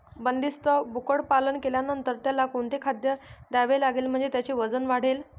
बंदिस्त बोकडपालन केल्यानंतर त्याला कोणते खाद्य द्यावे लागेल म्हणजे त्याचे वजन वाढेल?